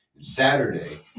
Saturday